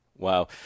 Wow